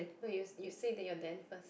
no you you say that you're then first